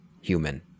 human